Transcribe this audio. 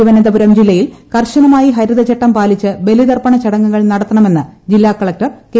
തിരുവനന്തപുരം ജില്ലയിൽ കർശനമായി ഹരിതച്ചട്ടം പാലിച്ച് ബലിതർപ്പണ ചടങ്ങൂകൾ നടത്തണമെന്ന് ജില്ലാ കളക്ടർ കെ